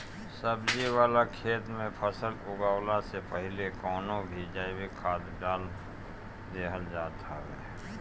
सब्जी वाला खेत में फसल उगवला से पहिले कवनो भी जैविक खाद डाल देहल जात हवे